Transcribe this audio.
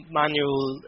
manual